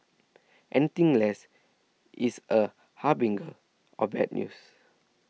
anything less is a harbinger of bad news